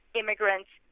immigrants